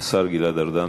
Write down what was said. השר גלעד ארדן.